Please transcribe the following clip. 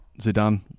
Zidane